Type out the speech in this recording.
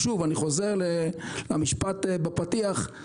ושוב, אני חוזר למשפט בפתיח,